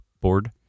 board